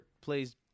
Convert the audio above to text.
plays